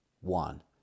one